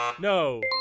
No